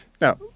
now